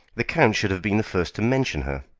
the count should have been the first to mention her.